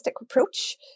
approach